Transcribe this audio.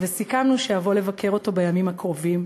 וסיכמנו שאבוא לבקר אותו בימים הקרובים,